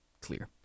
clear